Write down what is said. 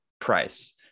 price